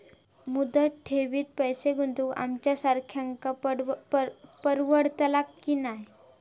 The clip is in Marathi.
मुदत ठेवीत पैसे गुंतवक आमच्यासारख्यांका परवडतला की नाय?